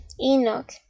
Enoch